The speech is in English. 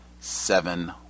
seven